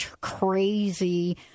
crazy